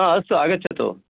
ह अस्तु आगच्छतु